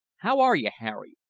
how are you, harry?